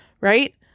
Right